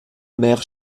mères